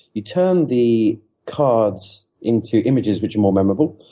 you turn the cards into images which are more memorable.